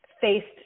faced